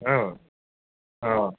অ' অ'